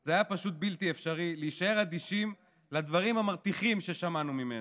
זה היה פשוט בלתי אפשרי להישאר אדישים לדברים המרתיחים ששמענו ממנו.